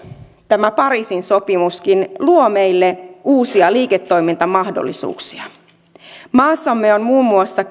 tämä pariisin sopimuskin luo meille uusia liiketoimintamahdollisuuksia maassamme on muun muassa